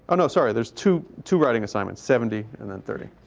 oh no, sorry, there's two two writing assignments, seventy and then thirty.